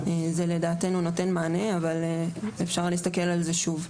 לדעתנו זה נותן מענה אבל אפשר להסתכל על זה שוב.